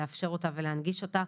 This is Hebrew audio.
לאפשר אותה ולהנגיש אותה.